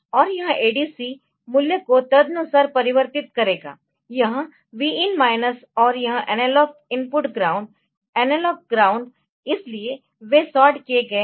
और यह ADC मूल्य को तदनुसार परिवर्तित करेगा यह Vin माइनस और यह analogue input ground analogue ground इसलिए वे सॉर्ट किए गए है